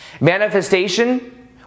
manifestation